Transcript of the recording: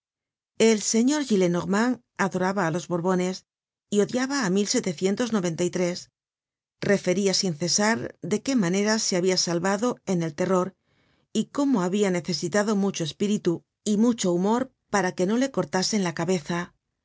el señor gillenormand adoraba á los borbones y odiaba á referia sin cesar de qué manera se habia salvado en el terror y cómo habia necesitado mucho espíritu y mucho humor para que no le cortasen la cabeza